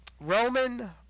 Roman